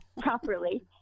properly